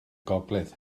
gogledd